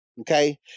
Okay